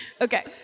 Okay